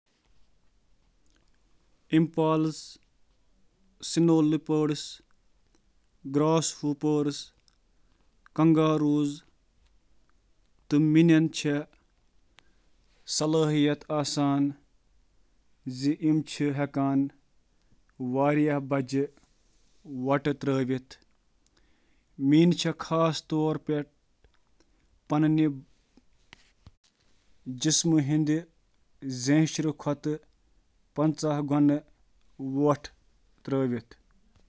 واریاہ جانور چھِ پننہِ متاثر کن جمپنگ صلاحیتہٕ خٲطرٕ زاننہٕ یوان، یتھ منٛز شٲمِل چھِ: